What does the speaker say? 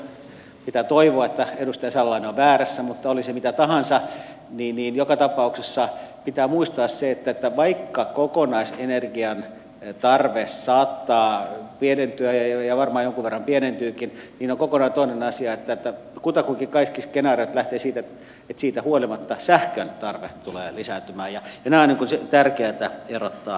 pitää toivoa että edustaja salolainen on väärässä mutta oli se mitä tahansa niin joka tapauksessa pitää muistaa se että vaikka kokonaisenergian tarve saattaa pienentyä ja varmaan jonkun verran pienentyykin niin on kokonaan toinen asia kutakuinkin kaikki skenaariot lähtevät siitä että siitä huolimatta sähkön tarve tulee lisääntymään ja nämä on tärkeätä erottaa toisistaan